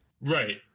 Right